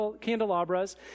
candelabras